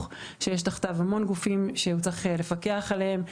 שיש תחתיו המון גופים שצריך לפקח עליהם,